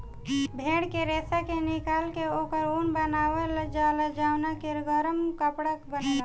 भेड़ के रेशा के निकाल के ओकर ऊन बनावल जाला जवना के गरम कपड़ा बनेला